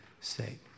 sake